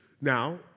Now